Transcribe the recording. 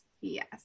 Yes